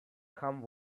come